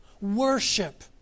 worship